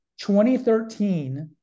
2013